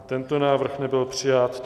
Ani tento návrh nebyl přijat.